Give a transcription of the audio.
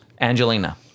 Angelina